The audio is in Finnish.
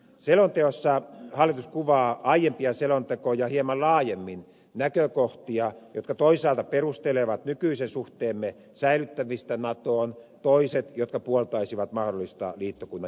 selonteossa hallitus kuvaa aiempia selontekoja hieman laajemmin niitä näkökohtia jotka perustelevat nykyisen suhteemme säilyttämistä natoon ja toisaalta niitä jotka puoltaisivat mahdollista liittokunnan jäsenyyttä